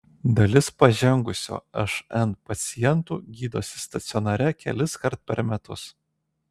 dalis pažengusio šn pacientų gydosi stacionare keliskart per metus